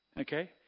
okay